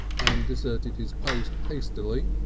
and deserted his post hastily,